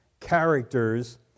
characters